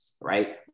right